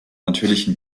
natürlichen